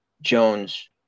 Jones